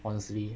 honestly